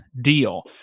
deal